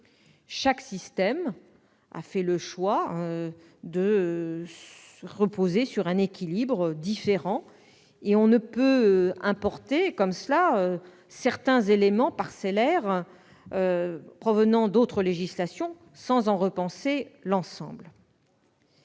Chaque système repose sur un équilibre différent. On ne peut importer, comme cela, certains éléments parcellaires provenant d'autres législations, sans repenser l'ensemble.